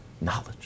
knowledge